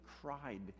cried